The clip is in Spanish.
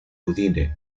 udine